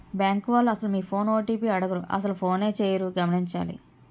bank వాళ్లు అసలు మీ ఫోన్ ఓ.టి.పి అడగరు అసలు ఫోనే చేయరు గమనించాలి